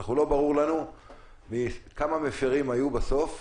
לא ברור לנו כמה מפרים היו בסוף,